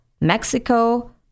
Mexico